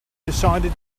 decided